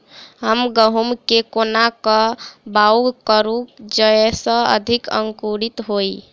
हम गहूम केँ कोना कऽ बाउग करू जयस अधिक अंकुरित होइ?